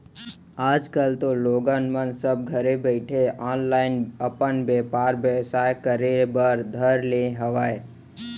आज कल तो लोगन मन सब घरे बइठे ऑनलाईन अपन बेपार बेवसाय करे बर धर ले हावय